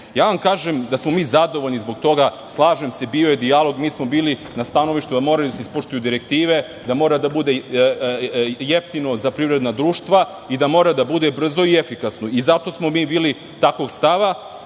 Kažem vam da smo zadovoljni zbog toga. Slažem se da je bio dijalog. Mi smo bili stanovišta da su morale da se ispoštuju direktive, da je moralo da bude jeftino za privredna društva i da mora da bude brzo i efikasno. Zato smo bili takvog stava. Što